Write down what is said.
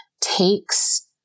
takes